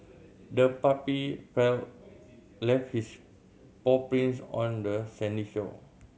the puppy feel left its paw prints on the sandy shore